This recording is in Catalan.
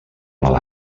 mal